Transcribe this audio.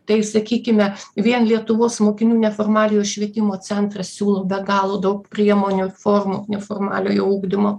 tai sakykime vien lietuvos mokinių neformaliojo švietimo centras siūlo be galo daug priemonių formų neformaliojo ugdymo